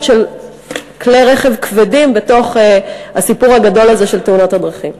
של כלי רכב כבדים בתוך הסיפור הגדול הזה של תאונות הדרכים.